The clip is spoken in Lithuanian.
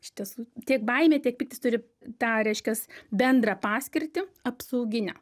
iš tiesų tiek baimė tiek pyktis turi tą reiškias bendrą paskirtį apsauginę